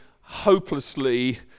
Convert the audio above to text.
hopelessly